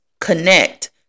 connect